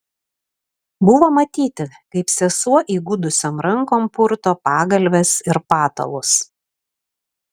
buvo matyti kaip sesuo įgudusiom rankom purto pagalves ir patalus